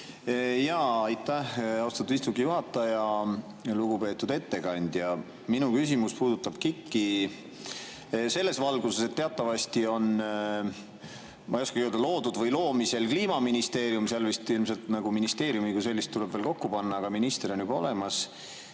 Aitäh, austatud istungi juhataja! Lugupeetud ettekandja! Minu küsimus puudutab KIK-i selles valguses, et teatavasti on, ma ei oska öelda, loodud või loomisel Kliimaministeerium – seal vist ministeeriumi kui sellist tuleb veel kokku panna, aga minister on juba olemas